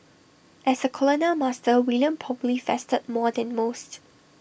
as A colonial master William probably feasted more than most